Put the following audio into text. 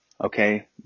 Okay